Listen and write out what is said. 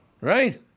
Right